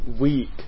weak